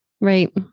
Right